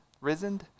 Risen